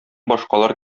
башкалар